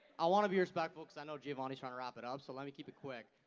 i wanna be respectful because i know giovanni's trying to wrap it up, so let me keep it quick.